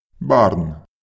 Barn